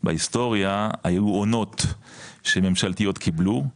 בהיסטוריה היו עונות שממשלתיות קיבלו,